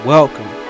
Welcome